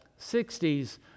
60s